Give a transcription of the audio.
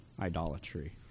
idolatry